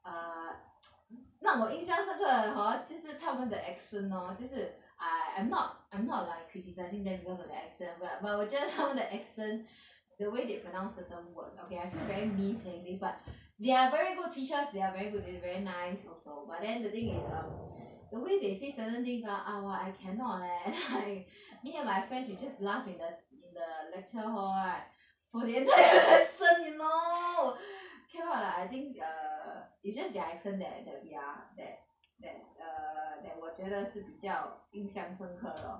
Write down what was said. err 让我影响那个 hor 就是他们的 accent lor 就是 I I'm not I'm not like criticising them because of their accent but but 我觉得他们的 accent the way they pronounce certain words okay I feel very mean saying this but they are very good teachers they are very good teachers very nice also but then the thing is um the way they say certain things ah ah !wah! I cannot leh me and my friends we just laugh in the in the lecture hall right for the entire lesson you know cannot lah I think err is just their accent that that that their that that err that 我觉得是比较影响深刻 lor